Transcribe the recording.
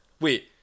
Wait